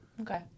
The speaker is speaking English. Okay